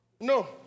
No